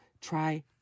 try